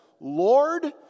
Lord